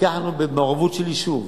לקחנו, במעורבות שלי, שוב,